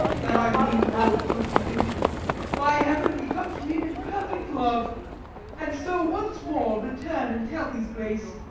that i mean no good to him by heaven, we come to him in perfect love and so once more return and tell his grace.